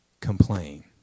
complain